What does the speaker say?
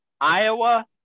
Iowa